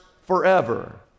forever